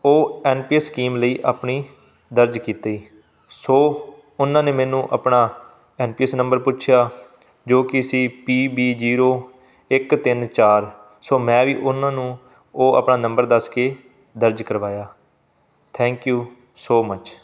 ਉਹ NPS scheme ਲਈ ਆਪਣੀ ਦਰਜ ਕੀਤੀ ਸੋ ਉਨ੍ਹਾਂ ਨੇ ਮੈਨੂੰ ਆਪਣਾ ਐਨਪੀਐੱਸ ਨੰਬਰ ਪੁੱਛਿਆ ਜੋ ਕਿ ਸੀ ਪੀ ਬੀ ਜੀਰੋ ਇੱਕ ਤਿੰਨ ਚਾਰ ਸੋ ਮੈਂ ਵੀ ਉਨ੍ਹਾਂ ਨੂੰ ਉਹ ਆਪਣਾ ਨੰਬਰ ਦੱਸ ਕੇ ਦਰਜ ਕਰਵਾਇਆ ਥੈਂਕ ਯੂ ਸੋ ਮੱਚ